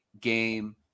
game